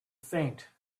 faint